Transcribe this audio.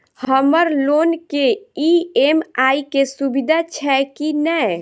हम्मर लोन केँ ई.एम.आई केँ सुविधा छैय की नै?